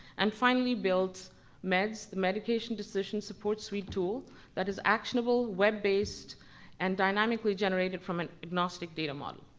and finally built medss, the medication decision support suite tool that is actionable, web-based and dynamically generated from an agnostic data model.